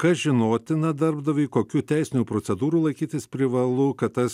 kas žinotina darbdaviui kokių teisinių procedūrų laikytis privalu kad tas